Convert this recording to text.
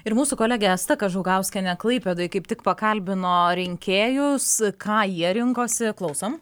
ir mūsų kolegė asta kažukauskienė klaipėdoje kaip tik pakalbino rinkėjus ką jie rinkosi klausom